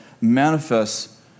manifests